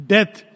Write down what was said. Death